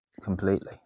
completely